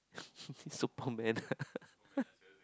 superman